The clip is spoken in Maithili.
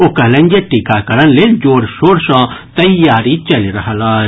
ओ कहलनि जे टीकाकरण लेल जोरशोर सँ तैयारी चलि रहल अछि